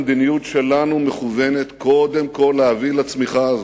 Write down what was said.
המדיניות שלנו מכוונת קודם כול להביא לצמיחה הזאת.